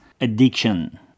addiction